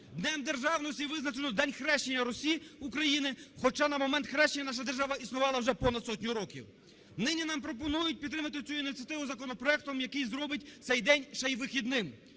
Днем державності визначено День хрещення Русі-України, хоча на момент хрещення наша держава існувала уже понад сотню років. Нині нам пропонують підтримати цю ініціативу законопроектом, який зробить цей день ще і вихідним.